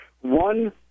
one